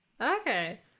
Okay